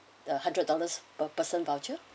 the hundred dollars per person voucher